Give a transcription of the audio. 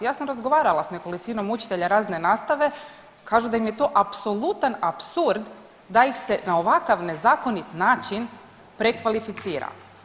Ja sam razgovarala s nekolicinom učitelja razredne nastave, kažu da im je to apsolutan apsurd da ih se na ovakav nezakonit način prekvalificira.